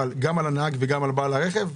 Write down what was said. כל המידע נשמר גם על הנהג וגם על בעל הרכב?